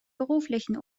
beruflichen